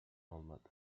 olmadı